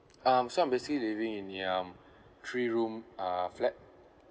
um so I'm basically living in the um three room uh flat